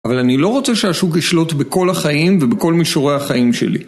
אבל אני לא רוצה שהשוק ישלוט בכל החיים ובכל מישורי החיים שלי.